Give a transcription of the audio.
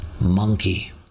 monkey